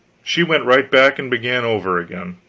she went right back and began over again